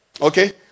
okay